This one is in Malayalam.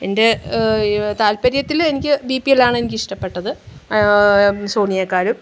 എൻ്റെ താൽപര്യത്തിൽ എനിക്ക് ബിപിഎല്ലാണ് എനിക്ക് ഇഷ്ടപ്പെട്ടത് സോണിയെക്കാളും